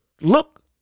look